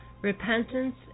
repentance